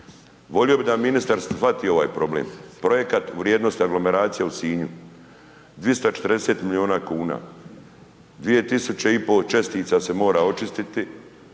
Volio bi da ministar shvati ovaj problem, projekat u vrijednosti aglomeracije u Sinju, 240 milijuna kuna, 2,5 tisuća čestica se mora očistiti